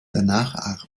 danach